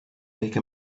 make